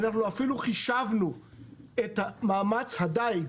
אנחנו אפילו חישבנו את מאמץ הדיג